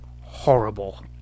horrible